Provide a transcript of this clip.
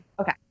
Okay